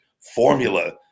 formula